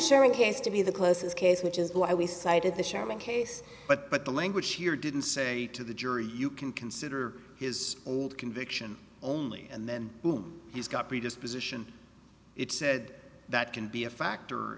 sharing has to be the closest case which is why we cited the sherman case but the language here didn't say to the jury you can consider his old conviction only and then boom he's got predisposition it said that can be a factor